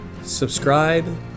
Subscribe